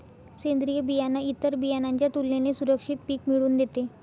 सेंद्रीय बियाणं इतर बियाणांच्या तुलनेने सुरक्षित पिक मिळवून देते